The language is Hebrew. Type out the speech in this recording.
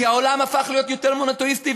כי העולם הפך להיות יותר מונותיאיסטי,